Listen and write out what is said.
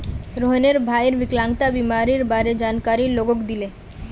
रोहनेर भईर विकलांगता बीमारीर बारे जानकारी लोगक दीले